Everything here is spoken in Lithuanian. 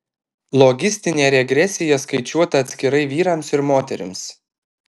logistinė regresija skaičiuota atskirai vyrams ir moterims